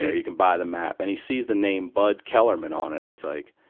you can buy the map. and he sees the name bud kellerman on it. and he's like,